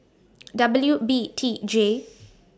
W B T J